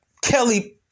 Kelly